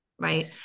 Right